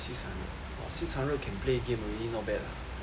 !wah! six hundred can play game already not bad ah I feel